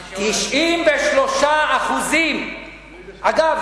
93%. אגב,